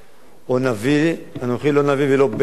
או נביא, אנוכי לא נביא ולא בן נביא,